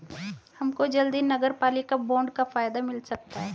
हमको जल्द ही नगरपालिका बॉन्ड का फायदा मिल सकता है